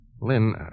Lynn